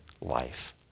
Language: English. life